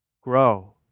Grow